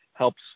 Helps